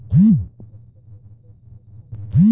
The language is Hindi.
विपणन प्रबंधन का कौन सा स्तर है?